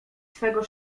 swego